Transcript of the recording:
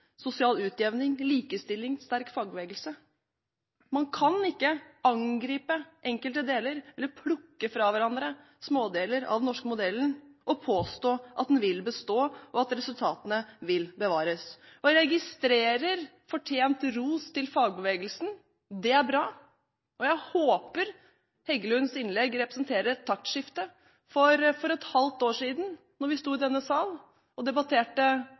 sosial utjevning, likestilling, sterk fagbevegelse. Man kan ikke angripe enkelte deler eller plukke fra hverandre smådeler av den norske modellen og påstå at den vil bestå og at resultatene vil bevares. Jeg registrerer fortjent ros til fagbevegelsen. Det er bra, og jeg håper Heggelunds innlegg representerer et taktskifte. For et halvt år siden, da vi sto i denne sal og debatterte